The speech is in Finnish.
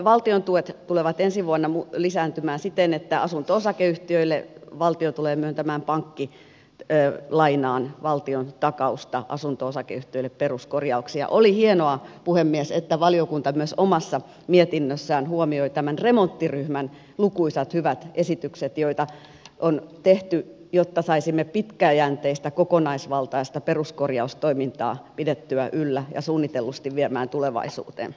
valtion tuet tulevat ensi vuonna lisääntymään siten että asunto osakeyhtiöille valtio tulee myöntämään pankkilainaan valtiontakausta peruskorjauksiin ja oli hienoa puhemies että valiokunta myös omassa mietinnössään huomioi tämän remonttiryhmän lukuisat hyvät esitykset joita on tehty jotta saisimme pitkäjänteistä kokonaisvaltaista peruskorjaustoimintaa pidettyä yllä ja suunnitellusti vietyä tulevaisuuteen kaiken kaikkiaan